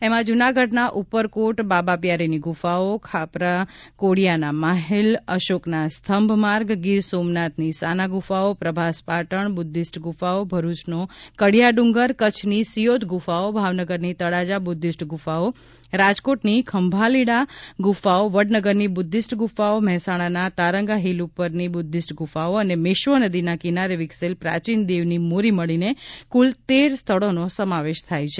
એમાં જુનાગઢના ઉપરકોટ બાબા પ્યારેની ગુફાઓ ખાપરા કોડિયાના માહેલ અશોકના સ્તંભ માર્ગ ગીર સોમનાથની સાના ગુફાઓ પ્રભાસ પાટણ બુદ્ધિસ્ટ ગુફાઓ ભરૂચનો કડિયા ડુંગર કચ્છની સિયોત ગુફાઓ ભાવનગરની તળાજા બુદ્ધિસ્ટ ગુફાઓ રાજકોટની ખંભાલિડા ગુફાઓ વડનગરની બુદ્ધિસ્ટ ગુફાઓ મહેસાણાના તારંગા હિલ ઉપરની બુદ્ધિસ્ટ ગુફાઓ અને મેશ્વો નદીના કિનારે વિકસેલ પ્રાચીન દેવની મોરી મળીને કુલ તેર સ્થળોનો સમાવેશ થાય છે